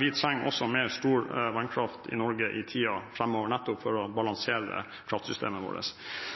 Vi trenger også mer stor vannkraft i Norge i tiden framover, nettopp for å balansere